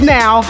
now